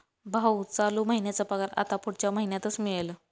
भाऊ, चालू महिन्याचा पगार आता पुढच्या महिन्यातच मिळेल